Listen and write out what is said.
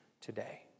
today